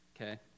okay